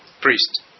Priest